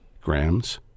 grams